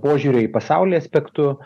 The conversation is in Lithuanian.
požiūrio į pasaulį aspektu